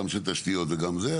גם של תשתיות וגם זה,